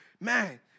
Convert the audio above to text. man